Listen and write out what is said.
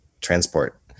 transport